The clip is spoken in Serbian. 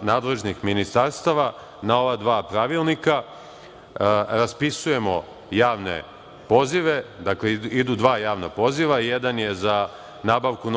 nadležnih ministarstava na ova dva pravilnika raspisujemo javne pozive, idu dva javna poziva, jedan je za nabavku